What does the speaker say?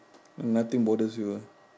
nothing bothers you ah